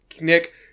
Nick